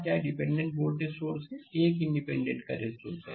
क्या dependent voltage source है एक इंडिपेंडेंट करंट सोर्स है